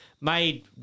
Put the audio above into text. Made